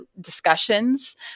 discussions